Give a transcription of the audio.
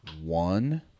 One